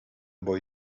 boy